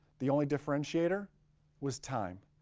the only differentiator was time.